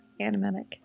animatic